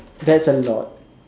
that's a lot